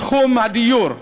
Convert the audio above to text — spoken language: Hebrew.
בתחום הדיור,